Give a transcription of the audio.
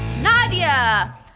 Nadia